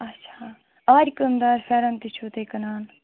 اَچھا آرِ کٲم دار پھٮ۪رن تہِ چھِو تُہۍ کٕنان